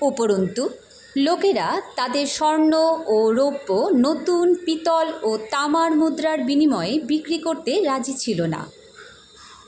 উপরন্তু লোকেরা তাদের স্বর্ণ ও রপ্য নতুন পিতল ও তামার মুদ্রার বিনিময় বিক্রি করতে রাজি ছিলো না